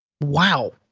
Wow